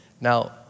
now